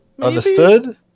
understood